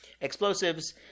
explosives